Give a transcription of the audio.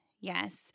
Yes